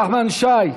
נחמן שי,